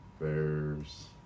Bears